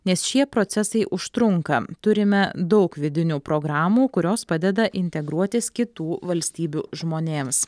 nes šie procesai užtrunka turime daug vidinių programų kurios padeda integruotis kitų valstybių žmonėms